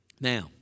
Now